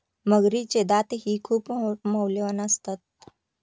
मगरीचे दातही खूप मौल्यवान असतात